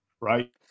right